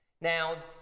Now